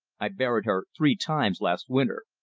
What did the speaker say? i buried her three times last winter!